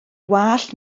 wallt